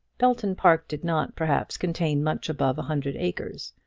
belton park did not, perhaps, contain much above a hundred acres,